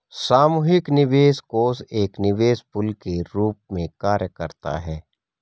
सामूहिक निवेश कोष एक निवेश पूल के रूप में कार्य करता है